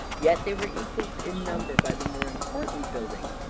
yet they were equalled in number by the more important buildings,